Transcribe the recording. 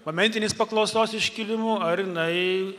momentinės paklausos iškilimu ar jinai